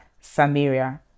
Samaria